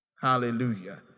Hallelujah